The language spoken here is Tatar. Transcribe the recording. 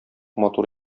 матур